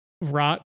rot